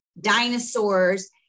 dinosaurs